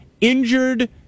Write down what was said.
injured